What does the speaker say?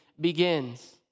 begins